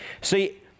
See